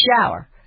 shower